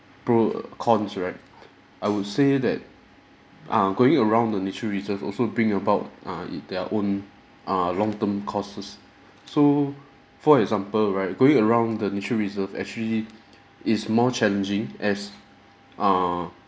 pro cons right I would say that err going around the nature reserve also bring about err it their own err long term causes so for example right going around the nature reserve actually is more challenging as err